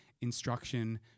instruction